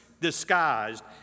Disguised